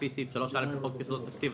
לפי סעיף 3א לחוק יסודות התקציב,